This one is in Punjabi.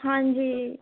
ਹਾਂਜੀ